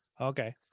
Okay